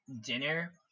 dinner